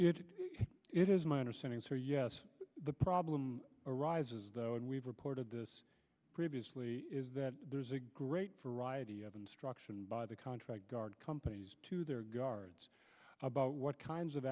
g it is my understanding sir yes the problem arises though and we've reported this previously is that there's a great variety of instruction by the contract guard companies to their guards about what kinds of